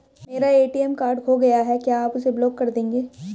मेरा ATM card खो गया है क्या आप उसे ब्लॉक कर देंगे?